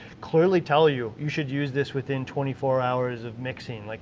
clearly tell you you should use this within twenty four hours of mixing, like